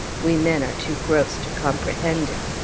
we men are too gross to comprehend it.